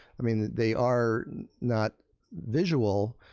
i mean, they are not visual,